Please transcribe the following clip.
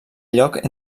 lloc